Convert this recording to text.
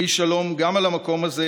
יהי שלום גם על המקום הזה,